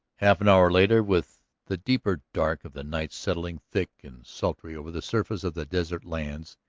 half an hour later, with the deeper dark of the night settling thick and sultry over the surface of the desert lands,